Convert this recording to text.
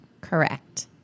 Correct